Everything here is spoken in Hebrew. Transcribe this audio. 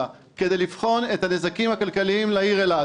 כדי לבחון את הנזקים הכלכליים לעיר אילת.